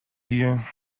here